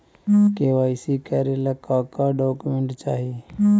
KYC करे ला का का डॉक्यूमेंट चाही?